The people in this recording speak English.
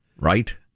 Right